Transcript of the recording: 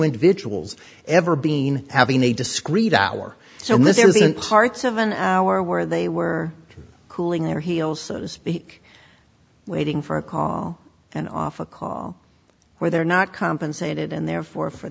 individuals ever being having a discreet hour so this isn't part of an hour where they were cooling their heels so to speak waiting for a call and off a call where they're not compensated and therefore for